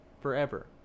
forever